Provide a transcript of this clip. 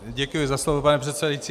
Děkuji za slovo, pane předsedající.